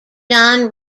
john